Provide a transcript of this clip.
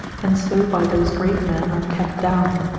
and so by those great men are kept down.